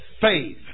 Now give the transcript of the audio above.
faith